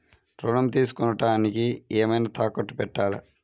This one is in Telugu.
ఋణం తీసుకొనుటానికి ఏమైనా తాకట్టు పెట్టాలా?